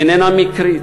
איננה מקרית.